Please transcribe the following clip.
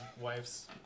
wife's